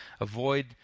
Avoid